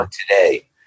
today